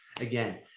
again